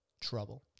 trouble